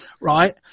right